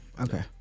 Okay